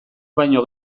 baino